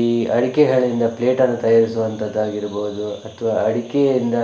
ಈ ಅಡಿಕೆ ಹಾಳೆಯಿಂದ ಪ್ಲೇಟನ್ನು ತಯಾರಿಸುವಂಥದ್ದು ಆಗಿರಬಹುದು ಅಥವಾ ಅಡಿಕೆಯಿಂದ